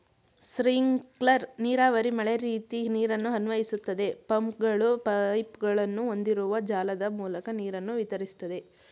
sprinkler ನೀರಾವರಿ ಮಳೆರೀತಿ ನೀರನ್ನು ಅನ್ವಯಿಸ್ತದೆ ಪಂಪ್ಗಳು ಪೈಪ್ಗಳನ್ನು ಹೊಂದಿರುವ ಜಾಲದ ಮೂಲಕ ನೀರನ್ನು ವಿತರಿಸ್ತದೆ